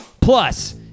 Plus